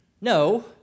No